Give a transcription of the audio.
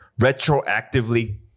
retroactively